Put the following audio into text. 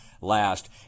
last